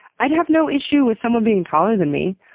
i'd have no issue with someone being taller than me.